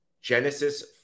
Genesis